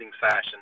fashion